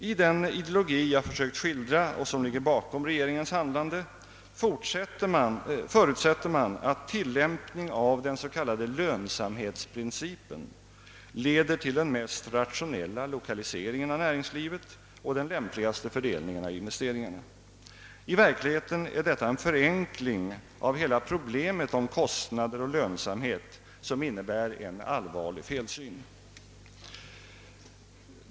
I den ideologi jag försökt skildra och som ligger bakom regeringens handlande förutsätter man att tillämpning av den s.k. lönsamhetsprincipen leder till den mest rationella lokaliseringen av näringslivet och den lämpligaste fördelningen av investeringarna. I verkligheten är detta en förenkling av hela problemet om kostnader och lönsamhet som innebär en allvarlig felsyn.